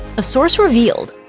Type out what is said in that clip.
a source revealed,